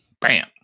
Bam